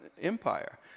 Empire